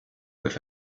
with